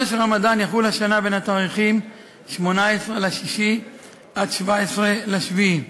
חודש הרמדאן יחול השנה בין התאריכים 18 ביוני ו-17 ביולי.